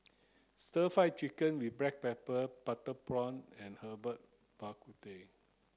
stir fried chicken with black pepper butter prawns and herbal Bak Ku Teh